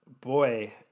Boy